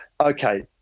okay